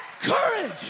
courage